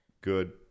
good